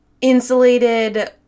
insulated